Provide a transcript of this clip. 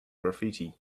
graffiti